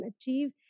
achieve